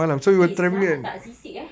eh selamat tak seasick eh